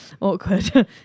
awkward